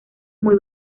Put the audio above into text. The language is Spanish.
muy